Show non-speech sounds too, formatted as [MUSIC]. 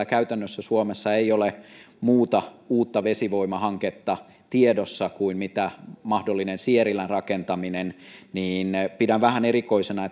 [UNINTELLIGIBLE] käytännössä meillä suomessa ei ole tällä hetkellä tiedossa muuta uutta vesivoimahanketta kuin mahdollinen sierilän rakentaminen niin pidän vähän erikoisena [UNINTELLIGIBLE]